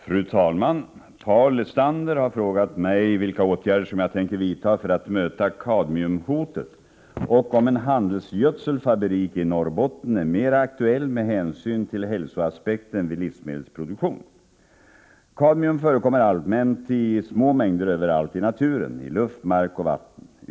Fru talman! Paul Lestander har frågat mig vilka åtgärder som jag tänker vidta för att möta kadmiumhotet och om en handelsgödselfabrik i Norrbot ten är mera aktuell med hänsyn till hälsoaspekten vid livsmedelsproduktion. — Nr 151 Kadmium förekommer allmänt i små mängder överallt i naturen, i luft, Tisdagen den mark och vatten.